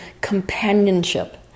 companionship